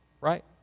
right